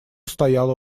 стояла